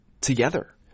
together